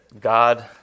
God